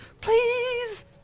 please